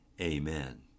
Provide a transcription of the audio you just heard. Amen